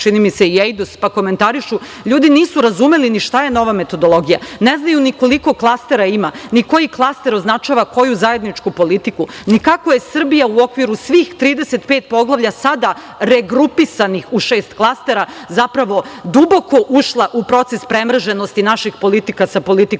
Subotić i Ejdus, komentarišu, ljudi nisu ni razumeli šta je nova metodologija, ne znaju ni koliko klastera ima, ni koji klaster označava koju zajedničku politiku, ni kako je Srbija u okviru svih 35 poglavlja, sada regrupisanih u šest klastera, zapravo duboko ušla u proces premrženosti naših politika sa politikama